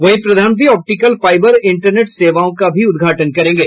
वहीं प्रधानमंत्री optical fibre internet सेवाओं का भी उद्घाटन करेंगे